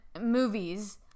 movies